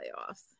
playoffs